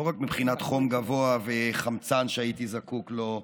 לא רק מבחינת חום גבוה והחמצן שהייתי זקוק לו.